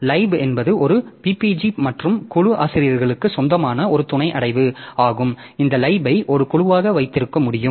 lib என்பது குழு ppg மற்றும் குழு ஆசிரியர்களுக்கு சொந்தமான ஒரு துணை அடைவு ஆகும் இந்த lib ஐ ஒரு குழுவாக வைத்திருக்க முடியும்